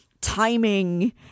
timing